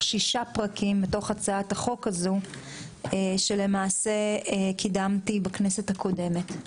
שישה פרקים מתוך הצעת החוק הזו שלמעשה קידמתי בכנסת הקודמת.